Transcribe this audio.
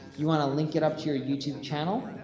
you want to link it up to your youtube channel,